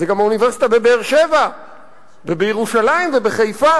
זו גם האוניברסיטה בבאר-שבע ובירושלים ובחיפה.